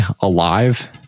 alive